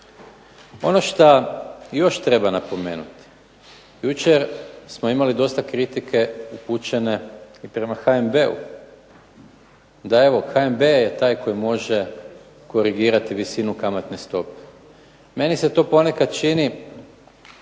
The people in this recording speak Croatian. Ono šta još treba napomenuti, jučer smo imali dosta kritike upućene i prema HNB-u da evo HNB je taj koji može korigirati visinu kamatne stope. Meni se to ponekad čini